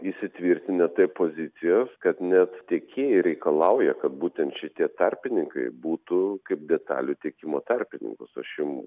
įsitvirtinę taip pozicijas kad net tiekėjai reikalauja kad būtent šitie tarpininkai būtų kaip detalių tiekimo tarpininkus aš jum